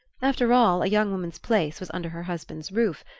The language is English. after all, a young woman's place was under her husband's roof,